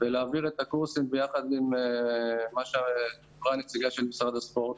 ולהעביר את הקורסים ביחד מה אמרה הנציגה של משרד הספורט,